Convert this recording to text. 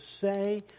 say